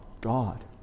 God